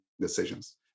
decisions